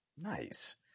nice